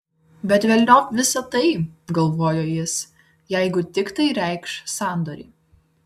bet velniop visa tai galvojo jis jeigu tik tai reikš sandorį